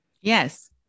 Yes